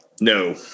no